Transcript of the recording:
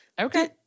Okay